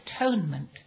atonement